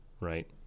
right